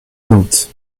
nantes